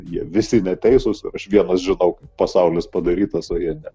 jie visi neteisūs aš vienas žinau kaip pasaulis padarytas o jie ne